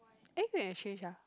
eh going on exchange ah